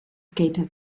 skater